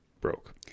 Broke